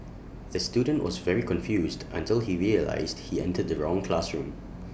the student was very confused until he realised he entered the wrong classroom